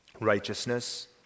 righteousness